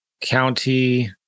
County